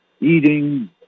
Eating